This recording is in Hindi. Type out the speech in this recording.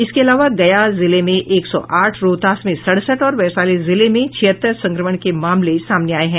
इसके अलावा गया जिले में एक सौ आठ रोहतास में सड़सठ और वैशाली जिले में छिहत्तर संक्रमण के मामले सामने आये हैं